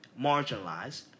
marginalized